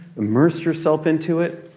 immerse yourself into it.